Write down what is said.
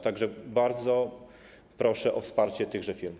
Tak że bardzo proszę o wsparcie tychże firm.